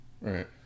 Right